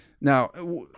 Now